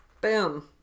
Boom